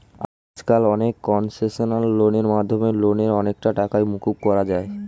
আজকাল অনেক কনসেশনাল লোনের মাধ্যমে লোনের অনেকটা টাকাই মকুব করা যায়